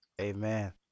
Amen